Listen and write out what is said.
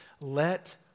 Let